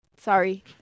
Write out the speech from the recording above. sorry